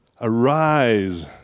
Arise